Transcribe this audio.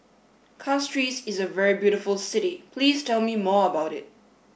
Castries is a very beautiful city please tell me more about it